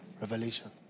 Revelation